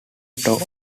tore